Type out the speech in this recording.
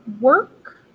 work